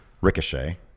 Ricochet